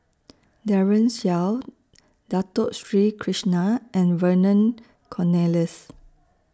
Daren Shiau Dato Sri Krishna and Vernon Cornelius